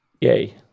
Yay